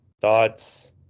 thoughts